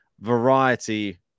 variety